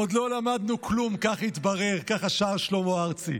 "עוד לא למדנו כלום, כך התברר" ככה שר שלמה ארצי.